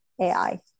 AI